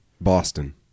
Boston